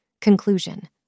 Conclusion